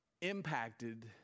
impacted